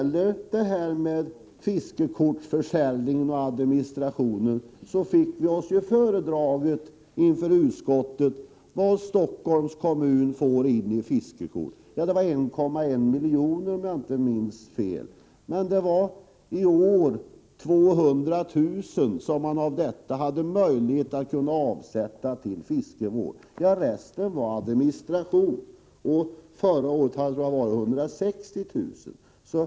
Vad beträffar frågan om fiskekortsförsäljningen och administrationen av den vill jag erinra Börje Stensson om att vi i en föredragning inför utskottet fick veta hur mycket Stockholms kommun får in vid försäljningen av fiskekort. Det var 1,1 miljon, om jag inte minns fel. Men bara 200 000 kr. av det hade man möjlighet att avsätta till fiskevård i år. Resten gick till att täcka kostnaderna för administrationen. Förra året avsatte man 160 000 kr. till fiskevården.